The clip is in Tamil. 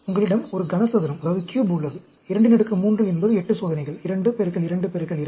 உங்களிடம் ஒரு கன சதுரம் உள்ளது 23 என்பது 8 சோதனைகள் 2 2 2